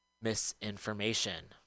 misinformation